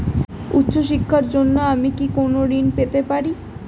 উচ্চশিক্ষার জন্য আমি কি কোনো ঋণ পেতে পারি?